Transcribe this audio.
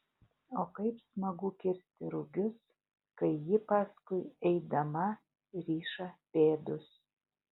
o kaip smagu kirsti rugius kai ji paskui eidama riša pėdus